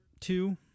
two